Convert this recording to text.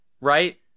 right